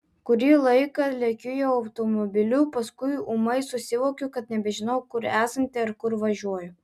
kurį laiką lekiu jo automobiliu paskui ūmai susivokiu kad nebežinau kur esanti ar kur važiuoju